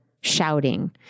shouting